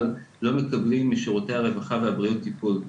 לא מקבלים משירותי הרווחה והבריאות טיפול.